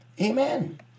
Amen